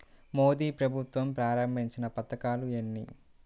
మోదీ ప్రభుత్వం ప్రారంభించిన పథకాలు ఎన్ని?